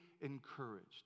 encouraged